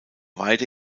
weide